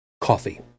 coffee